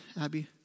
Abby